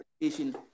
education